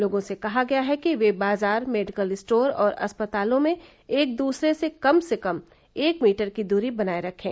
लोगों से कहा गया है कि ये बाजार मेडिकल स्टोर और अस्पतालों में एक दूसरे से कम से कम एक मीटर की दूरी बनाये रखें